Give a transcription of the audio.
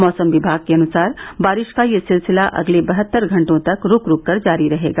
मौसम विमाग के अनुसार बारिश का यह सिलसिला अगले बहत्तर घंटों तक रूक रूक कर जारी रहेगा